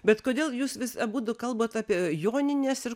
bet kodėl jūs vis abudu kalbat apie jonines ir